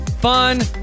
fun